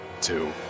two